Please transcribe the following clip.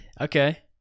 Okay